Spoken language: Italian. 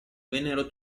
vennero